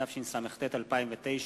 התשס"ט 2009,